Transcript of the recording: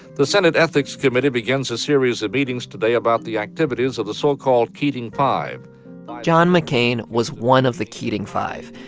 the senate ethics committee begins a series of meetings today about the activities of the so-called keating five john mccain was one of the keating five,